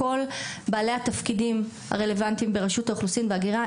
כל בעלי התפקידים הרלבנטיים ברשות האוכלוסין וההגירה,